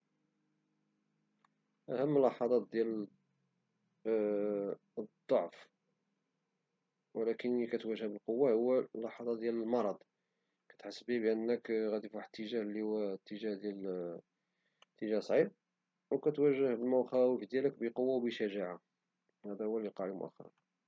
اهم اللحظات ديال الضعف ولكن اللي كتواجه بالقوة هو اللحظات ديال المرض كتحس به غادي في اتجاه اللي هو اتجاه صعيب او كتواجه المخاوف ديالك بقوة وبشجاعة